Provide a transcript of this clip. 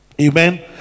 Amen